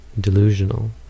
delusional